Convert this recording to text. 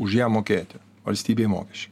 už ją mokėti valstybei mokesčiai